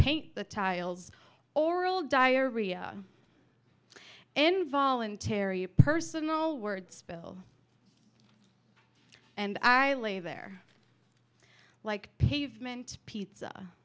paint the tiles oral diarrhea involuntary personal words spill and i lay there like pavement pizza